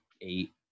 eight